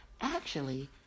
Actually